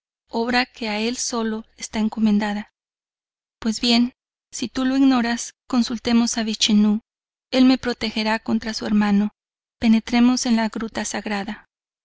obra que a el solo esta encomendada pues bien si tu lo ignoras consultemos a vichenú el me protegerá contra su hermano penetremos en la gruta sagrada